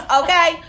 okay